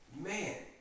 man